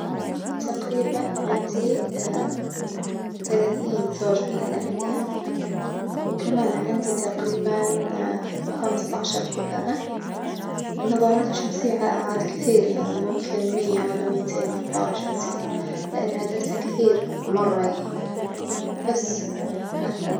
تقريبا عندي ثلاثين زوج من الأحذية، وكمان عندي تقريبا خمستاشر قبعة، نظاراتي الشمسية ع- عاد كثير يعني ممكن مية وألا ميتين نظارة شمسية لإن عددها كتير مرة يعني، بس هاد هي.